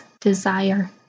desire